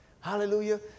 hallelujah